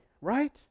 right